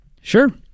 Sure